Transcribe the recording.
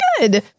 good